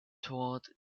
taught